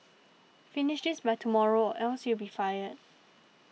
finish this by tomorrow or else you'll be fired